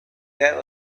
that